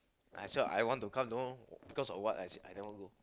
I also I want to come know but because of what I say I never go